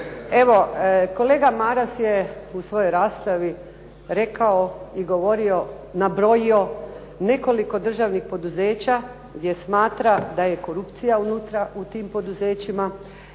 Evo kolega Maras je u svojoj raspravi rekao i govorio, nabrojio nekoliko državnih poduzeća gdje smatra da je korupcija unutra u tim poduzećima